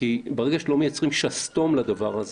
לא מייצרים שסתום לדבר,